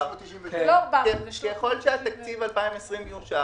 ככל שתקציב 2020 יאושר,